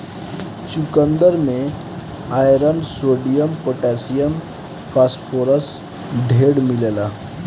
चुकन्दर में iron, sodium, potassium, phosphorus ढेर मिलेला